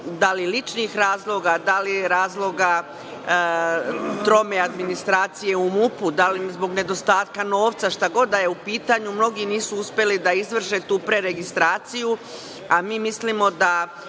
da li ličnih razloga, da li razloga trome administracije u MUP-u, da li zbog nedostatka novca, šta god da je u pitanju mnogi nisu uspeli da izvrše tu preregistraciju. Mi mislimo da